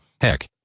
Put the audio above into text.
Heck